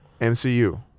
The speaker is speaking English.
MCU